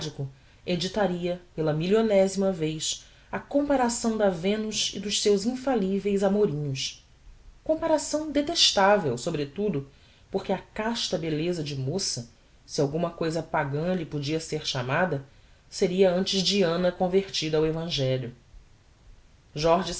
e poeta arcadico editaria pela millionesima vez a comparação da venus e dos seus seus infalliveis amorinhos comparação detestavel sobretudo porque a casta belleza de moça se alguma cousa pagã lhe podia ser chamada seria antes diana convertida ao evangelho jorge